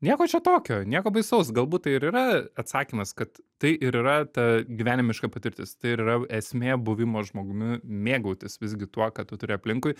nieko čia tokio nieko baisaus galbūt tai ir yra atsakymas kad tai ir yra ta gyvenimiška patirtis tai ir yra esmė buvimo žmogumi mėgautis visgi tuo ką tu turi aplinkui